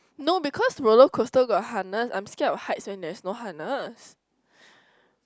no because roller coaster got harness I am scared of heights and there is no harness